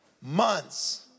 months